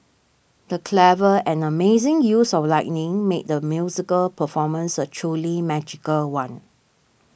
the clever and amazing use of lighting made the musical performance a truly magical one